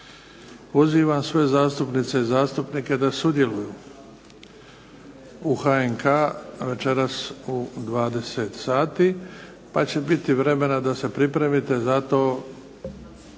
Pozivam sve zastupnice i zastupnike da sudjeluju u HNK večeras u 20 sati, pa će biti vremena da se pripremite za to